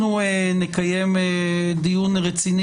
אנחנו נקיים דיון רציני,